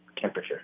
temperature